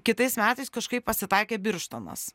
kitais metais kažkaip pasitaikė birštonas